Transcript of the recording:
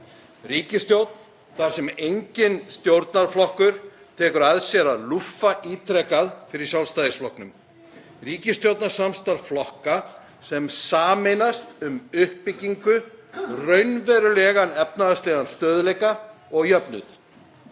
Ríkisstjórn þar sem enginn stjórnarflokkur tekur að sér að lúffa ítrekað fyrir Sjálfstæðisflokknum. Ríkisstjórnarsamstarf flokka sem sameinast um uppbyggingu, raunverulegan efnahagslegan stöðugleika og jöfnuð.